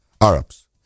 Arabs